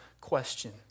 question